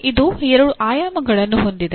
ಇದು ಎರಡು ಆಯಾಮಗಳನ್ನು ಹೊಂದಿದೆ